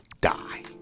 die